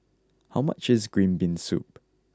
how much is green bean soup